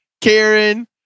Karen